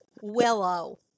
Willow